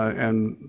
and